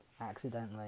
accidentally